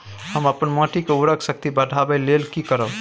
हम अपन माटी के उर्वरक शक्ति बढाबै लेल की करब?